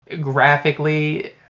Graphically